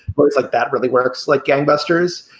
but it's like that really works like gangbusters.